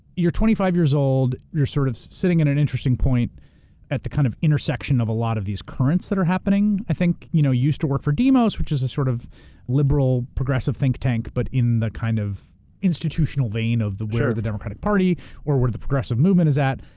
you're twenty five years old. you're sort of sitting at an interesting point at the kind of intersection of a lot of these currents that are happening. i think you know used to work for demos, which is a sort of liberal progressive think tank, but in the kind of institutional vein of where the democratic party or where the progressive movement is at.